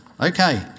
Okay